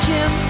Jim